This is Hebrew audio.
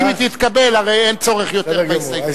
אם היא תתקבל, הרי אין צורך יותר בהסתייגות.